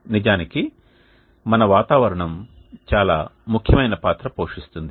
నిజానికి మన వాతావరణం చాలా ముఖ్యమైన పాత్ర పోషిస్తుంది